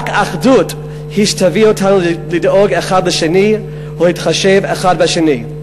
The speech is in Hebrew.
רק אחדות היא שתביא אותנו לדאוג אחד לשני ולהתחשב אחד בשני.